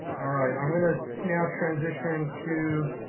all right. i'm gonna so now transition to